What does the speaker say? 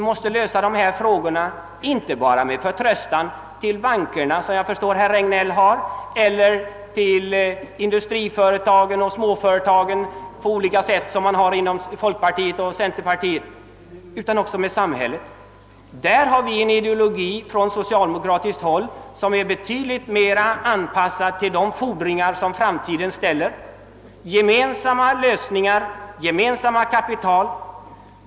Dessa frågor måste lösas inte bara med förtröstan på bankerna — som jag förstår herr Regnéll har — eller på industrioch småföretagen — som folkpartiet och centerpartiet har — utan också med hjälp av samhället. Vår socialdemokratiska ideologi är tydligen mer anpassad till de fordringar som framtiden ställer: gemensamma lösningar, gemensamt kapital.